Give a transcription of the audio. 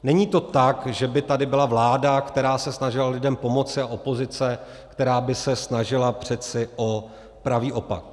Není to tak, že by tady byla vláda, která se snažila lidem pomoci, a opozice, která by se snažila přece o pravý opak.